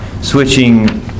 switching